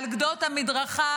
על גדות המדרכה,